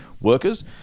workers